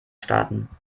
starten